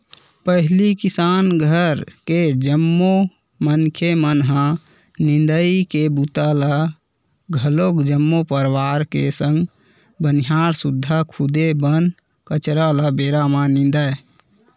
पहिली किसान घर के जम्मो मनखे मन ह निंदई के बूता ल घलोक जम्मो परवार के संग बनिहार सुद्धा खुदे बन कचरा ल बेरा म निंदय